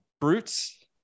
Brutes